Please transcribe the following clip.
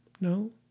No